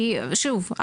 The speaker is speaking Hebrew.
כי שוב,